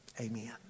Amen